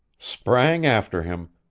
sprang after him,